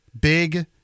big